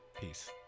Peace